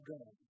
God